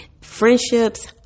Friendships